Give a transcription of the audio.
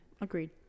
Agreed